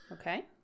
Okay